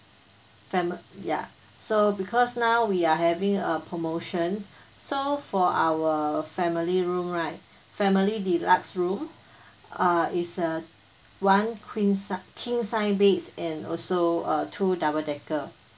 family ya so because now we are having a promotion so for our family room right family deluxe room uh is a one queen size king size bed and also uh two double decker